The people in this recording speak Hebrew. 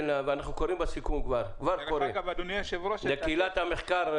ואנחנו קוראים בסיכום כבר לקהילת המחקר,